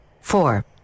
Four